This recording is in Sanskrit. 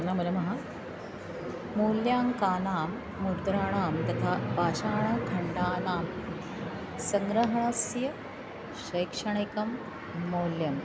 नमो नमः मूल्याङ्कानां मुद्राणां तथा पाषाणखण्डानां सङ्ग्रहणस्य शैक्षणिकं मौल्यं